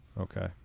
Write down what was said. Okay